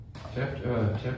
Chapter